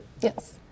Yes